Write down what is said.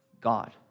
God